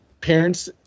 parents